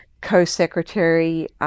co-secretary